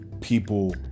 people